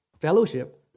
fellowship